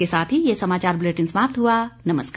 इसी के साथ ये समाचार बुलेटिन समाप्त हुआ नमस्कार